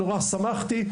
נורא שמחתי,